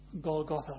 Golgotha